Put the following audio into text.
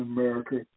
America